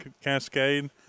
Cascade